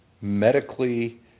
medically